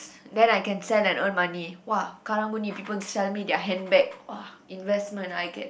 then I can sell and earn money !wah! Karang-Guni the people sell me the handbag !wah! investment I get